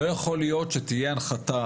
לא יכול להיות שתהיה הנחתה,